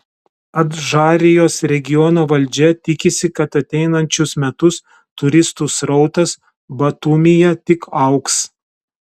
adžarijos regiono valdžia tikisi kad ateinančius metus turistų srautas batumyje tik augs